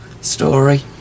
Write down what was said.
story